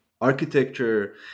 architecture